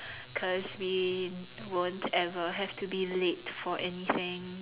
because we won't ever have to be late for anything